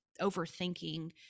overthinking